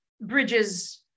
bridges